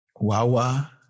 Wawa